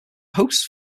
hosts